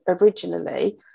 originally